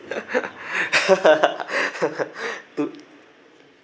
too